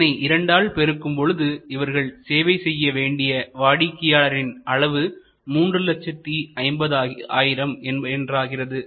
இதனை இரண்டால் பெருக்கும் பொழுது இவர்கள் சேவை செய்ய வேண்டிய வாடிக்கையாளர்களின் அளவு 350000 என்றாகிறது